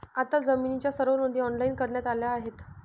आता जमिनीच्या सर्व नोंदी ऑनलाइन करण्यात आल्या आहेत